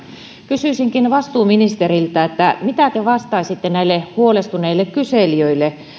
kysyisinkin vastuuministeriltä mitä te vastaisitte näille huolestuneille kyselijöille